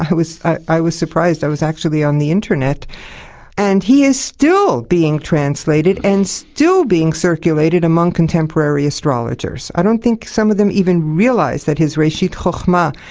i was i was surprised, i was actually on the internet and he is still being translated, and still being circulated among contemporary astrologers. i don't think some of them even realise that his reshit hokhma,